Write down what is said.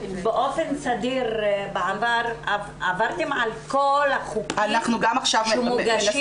באופן סדיר עברתם על כל החוקים שמוגשים